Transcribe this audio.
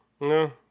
No